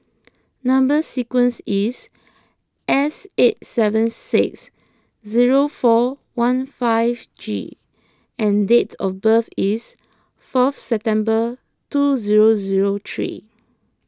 Number Sequence is S eight seven six zero four one five G and date of birth is fourth September two zero zero three